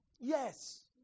Yes